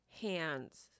hands